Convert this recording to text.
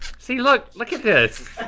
see look, look at this.